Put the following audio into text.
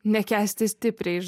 nekęsti stipriai iš